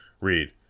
read